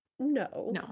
No